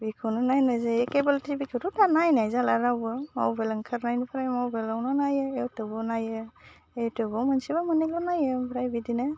बिखौनो नायनाय जायो केबोल टिभिखौथ' दा नायनाय जाला रावबो मबाइल ओंखारनिफ्राय मबेलावनो नायो एवटुबाव नायो एवटुबाव मोनसेबा मोननैल' नायो ओमफ्राय बिदिनो